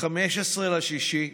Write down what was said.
ב-15 ביוני,